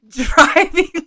driving